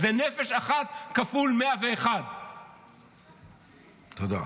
זאת נפש אחת כפול 101. תודה.